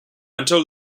until